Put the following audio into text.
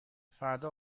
فردا